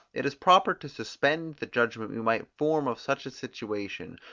it is proper to suspend the judgment we might form of such a situation,